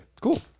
Cool